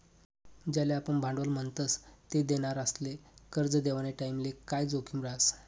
ज्याले आपुन भांडवल म्हणतस ते देनारासले करजं देवानी टाईमले काय जोखीम रहास